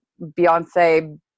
Beyonce